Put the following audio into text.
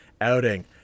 outing